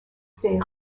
faits